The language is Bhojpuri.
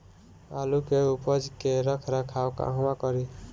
आलू के उपज के रख रखाव कहवा करी?